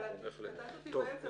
אבל את קטעת אותי באמצע.